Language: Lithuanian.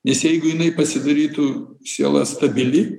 nes jeigu jinai pasidarytų siela stabili